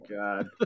God